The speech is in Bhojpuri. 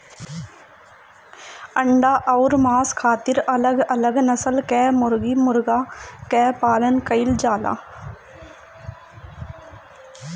अंडा अउर मांस खातिर अलग अलग नसल कअ मुर्गा मुर्गी कअ पालन कइल जाला